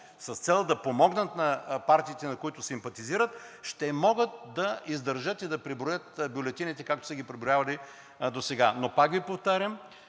с цел да помогнат на партиите, на които симпатизират, ще могат да издържат и да преброят бюлетините, както са ги преброявали досега. Но пак Ви повтарям,